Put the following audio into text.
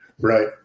Right